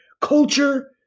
culture